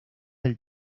del